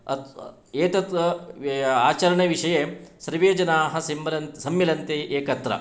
एतत् आचरणविषये सर्वे जनाः सम्मिलन्ति एकत्र